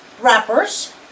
wrappers